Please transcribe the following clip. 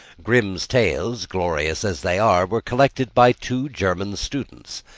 grimm's tales, glorious as they are, were collected by two german students.